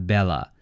Bella